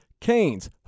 Canes